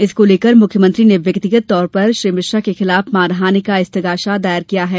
इसको लेकर मुख्यमंत्री ने व्यक्तिगत तौर पर श्री मिश्रा के खिलाफ मानहानि का स्तगासा दायर किया है